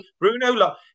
Bruno